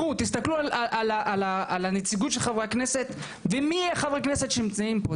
תסתכלו על נציגות של חברי הכנסת ומי חברי הכנסת שנמצאים פה,